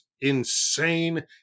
insane